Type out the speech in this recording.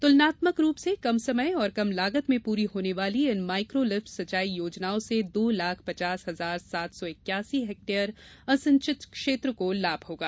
तुलनात्मक रूप से कम समय और कम लागत में पूरी होने वाली इन माइक्रो लिफ्ट सिंचाई योजनाओं से दो लाख पचास हजार सात सौ इक्यासी हेक्टेयर असिंचित क्षेत्र को लाभ होगा